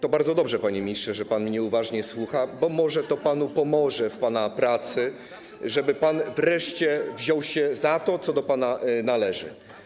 To bardzo dobrze, panie ministrze, że pan mnie uważnie słucha, bo może to panu pomoże w pana pracy, żeby pan wreszcie wziął się za to, co do pana należy.